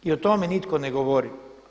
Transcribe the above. I o tome nitko ne govori.